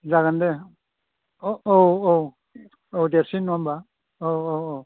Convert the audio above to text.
जागोन दे अ औ औ औ देरसिन नङा होमब्ला औ औ औ